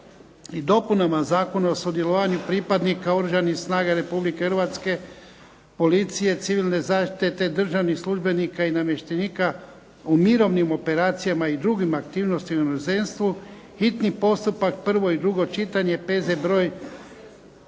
i dopunama Zakona o sudjelovanju pripadnika Oružanih snaga Republike Hrvatske, policije, civilne zaštite te državnih službenika i namještenika u mirovnim operacijama i drugim aktivnostima u inozemstvu, hitni postupak, prvo i drugo čitanje, P.Z. broj